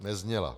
Nezněla.